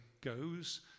goes